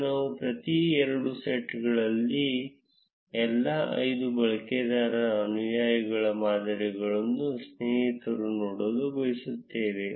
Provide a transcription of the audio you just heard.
ಈಗ ನಾವು ಪ್ರತಿ ಎರಡು ಸೆಟ್ಗಳಲ್ಲಿ ಎಲ್ಲಾ ಐದು ಬಳಕೆದಾರರ ಅನುಯಾಯಿಗಳ ಮಾದರಿಗಳನ್ನು ಸ್ನೇಹಿತರನ್ನು ನೋಡಲು ಬಯಸುತ್ತೇವೆ